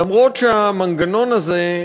למרות שהמנגנון הזה,